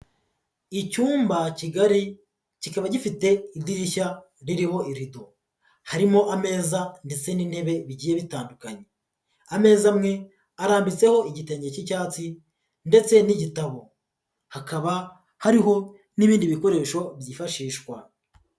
Icyumba kigari, kikaba gifite idirishya ririho irido. Harimo ameza ndetse n'intebe bigiye bitandukanye. Ameza amwe, arambitseho igitenge cy'icyatsi ndetse n'igitabo. Hakaba hariho n'ibindi bikoresho byifashishwa.